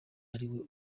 ariwe